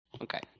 Okay